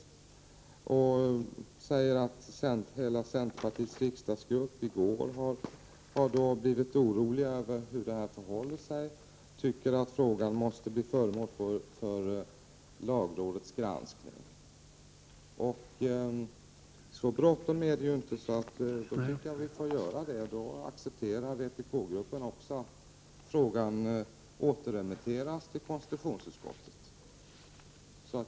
Hon säger att centerpartiets riksdagsgrupp i går blev orolig över hur det förhåller sig med detta och att denna fråga måste bli föremål för lagrådets granskning. Det är ju inte så bråttom med detta ärende, utan jag tycker nog att vi kan gå med på det förslaget. Även vpk-gruppen accepterar att frågan återremitteras till konstitutionsutskottet.